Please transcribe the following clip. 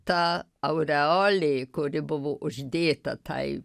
ta aureolė kuri buvo uždėta tai